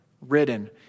ridden